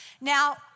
Now